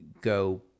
go